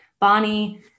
Bonnie